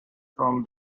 from